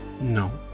No